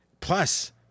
Plus